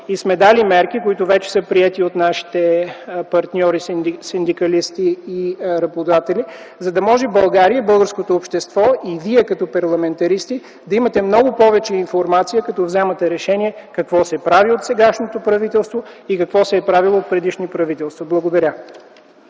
и сме дали мерки, които вече са приети от нашите партньори – синдикалисти и работодатели, за да може България и българското общество и Вие като вземате решение като парламентаристи да имате много повече информация какво се прави от сегашното правителство и какво се е правило от предишни правителства. Благодаря.